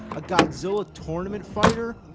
a godzilla tournament fighter?